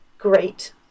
Great